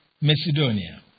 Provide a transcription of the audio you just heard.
Macedonia